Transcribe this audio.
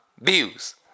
Views